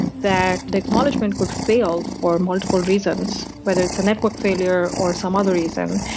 that the acknowledgement could fail for multiple reasons, whether it's a network failure or some other reason.